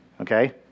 Okay